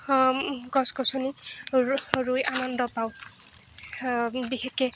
গছ গছনি ৰুই আনন্দ পাওঁ বিশেষকৈ